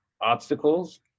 obstacles